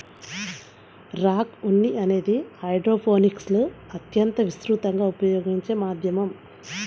rock ఉన్ని అనేది హైడ్రోపోనిక్స్లో అత్యంత విస్తృతంగా ఉపయోగించే మాధ్యమం